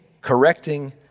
correcting